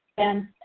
and,